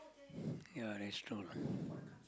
ya that's true lah